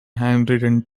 handwritten